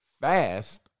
Fast